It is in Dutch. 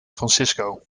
francisco